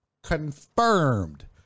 Confirmed